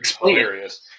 hilarious